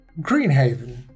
greenhaven